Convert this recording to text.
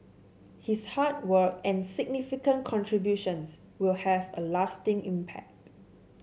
his hard work and significant contributions will have a lasting impact